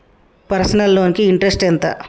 Personal loan కి interest ఎంత?